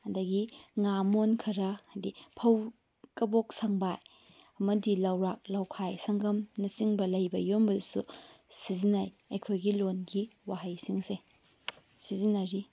ꯑꯗꯒꯤ ꯉꯥ ꯃꯣꯟ ꯈꯔ ꯑꯗꯩ ꯐꯧ ꯀꯕꯣꯛ ꯁꯪꯕꯥꯏ ꯑꯃꯗꯤ ꯂꯧꯔꯥꯛ ꯂꯧꯈꯥꯏ ꯁꯪꯒꯝ ꯅꯆꯤꯡꯕ ꯂꯩꯕ ꯌꯣꯟꯕꯗꯁꯨ ꯁꯤꯖꯤꯟꯅꯩ ꯑꯩꯈꯣꯏꯒꯤ ꯂꯣꯟꯒꯤ ꯋꯥꯍꯩꯁꯤꯡꯁꯦ ꯁꯤꯖꯤꯟꯅꯔꯤ